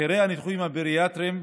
מחירי הניתוחים הבריאטריים,